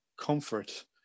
comfort